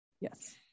Yes